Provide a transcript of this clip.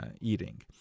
eating